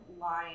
line